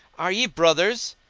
are ye brothers?